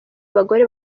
bagore